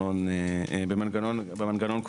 תחילתו של חוק זה, שישה חודשים מיום פרסומו.